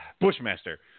Bushmaster